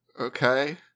Okay